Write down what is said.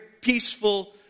peaceful